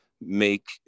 make